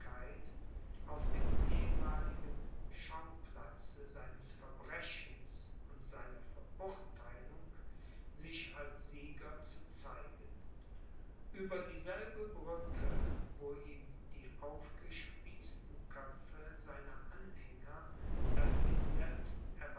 auf dem ehemaligen schauplatze seines verbrechens und seiner verurtheilung sich als sieger zu zeigen ueber dieselbe brücke wo ihm die aufgespießten köpfe seiner anhänger das ihn selbst